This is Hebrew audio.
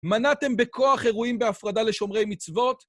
מנעתם בכוח אירועים בהפרדה לשומרי מצוות.